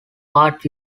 art